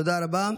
תודה רבה.